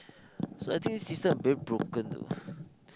so I think this system is very broken though